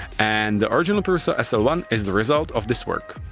and the original prusa s l one is the result of this work.